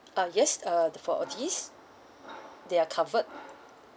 uh yes uh the for uh this they are covered